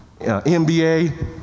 MBA